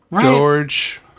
George